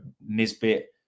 Nisbet